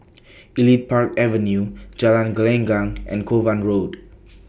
Elite Park Avenue Jalan Gelenggang and Kovan Road